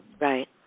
Right